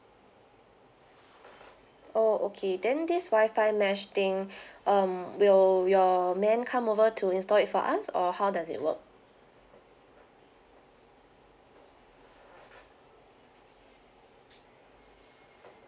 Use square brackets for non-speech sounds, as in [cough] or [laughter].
oh okay then this wi-fi mesh thing [breath] um will your man come over to install it for us or how does it work